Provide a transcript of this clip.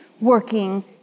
working